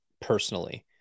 personally